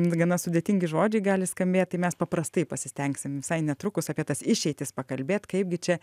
gana sudėtingi žodžiai gali skambėt tai mes paprastai pasistengsim visai netrukus apie tas išeitis pakalbėt kaip gi čia